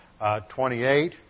28